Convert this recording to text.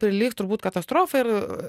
tai lyg turbūt katastrofa ir